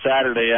Saturday